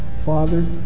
Father